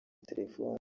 telefoni